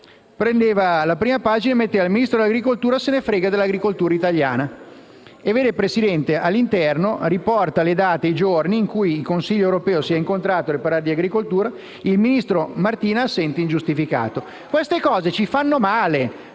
il ministro Martina era assente ingiustificato. Queste cose ci fanno male